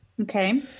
Okay